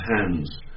hands